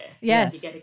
Yes